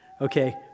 okay